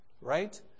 right